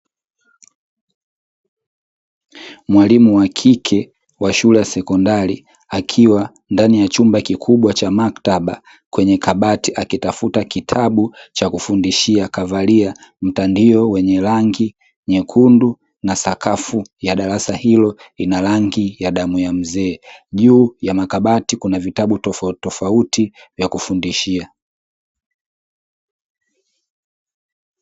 Mwalimu wa kike wa shule ya sekondari akiwa ndani ya chumba kikubwa cha maktaba kwenye kabati akitafuta kitabu cha kufundishia. Kavalia mtandio wenye rangi nyekundu na sakafu ya darasa hilo lina rangi ya damu ya mzee. Juu ya makabati kuna vitabu tofauti tofauti vya kufundishia.